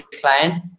clients